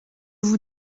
vous